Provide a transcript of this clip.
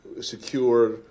secure